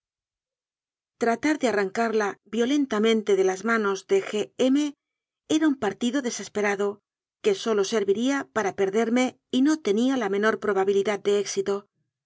ranzatratar de arrancarla violentamente de las ma nos de g m era un partido desesperado que sólo serviría para perderme y no tenía la menor probabilidad de éxito